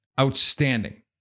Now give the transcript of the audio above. outstanding